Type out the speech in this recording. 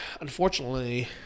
unfortunately